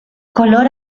color